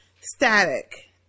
Static